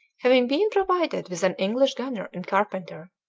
having been provided with an english gunner and carpenter,